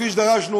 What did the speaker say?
כפי שדרשנו,